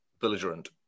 belligerent